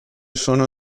sono